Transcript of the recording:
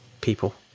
people